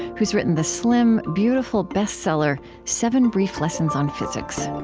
who's written the slim, beautiful bestseller seven brief lessons on physics